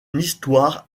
histoire